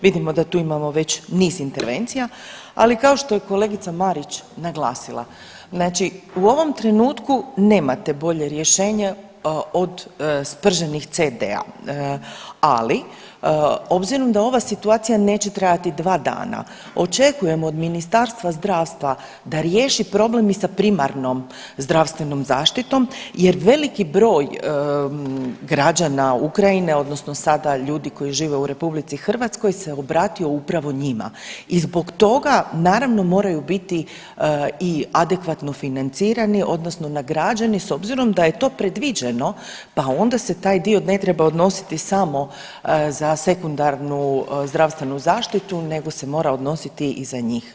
Vidimo da tu imamo već niz intervencija, ali kao što je kolegica Marić naglasila, znači u ovom trenutku nemate bolje rješenje od sprženih CD-a, ali obzirom da ova situacija neće trajati dva dana očekujem od Ministarstva zdravstva da riješi problem i sa primarnom zdravstvenom zaštitom jer veliki broj građana Ukrajine odnosno sada ljudi koji žive u RH se obratio upravo njima i zbog toga naravno moraju biti i adekvatno financirani odnosno nagrađeni s obzirom da je to predviđeno, pa onda se taj dio ne treba odnositi samo za sekundarnu zdravstvenu zaštitu nego se mora odnositi i za njih.